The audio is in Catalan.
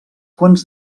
quants